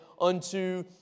unto